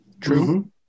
True